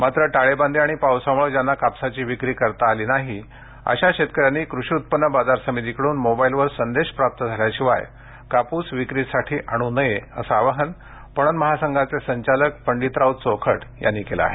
मात्र टाळेबंदी आणि पावसामुळे ज्यांना कापसाची विक्री करता आली नाही अशा शेतकऱ्यांनी कृषी उत्पन्न बाजार समितीकडून मोबाईलवर संदेश प्राप्त झाल्याशिवाय कापुस विक्रीसाठी आणू नये असं आवाहन पणन महासंघाचे संचालक पंडीतराव चोखट यांनी केले आहे